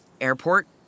airport